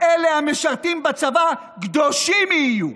אלה המשרתים בצבא, קדושים יהיו.